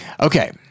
Okay